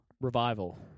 Revival